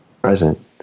present